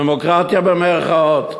דמוקרטיה במירכאות.